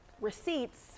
receipts